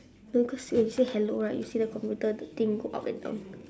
no cause when you say hello right you see the computer the thing go up and down